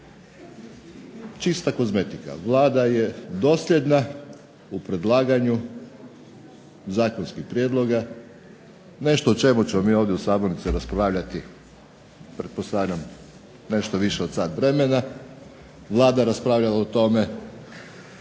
Čista kozmetika, Vlada je dosljedna u predlaganju zakonskih prijedloga, nešto o čemu ćemo mi ovdje u sabornici raspravljati nešto više od sat vremena. Vlada je raspravljala o tome